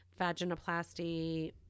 vaginoplasty